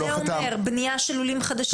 זה אומר בנייה של לולים חדשים.